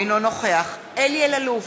אינו נוכח אלי אלאלוף,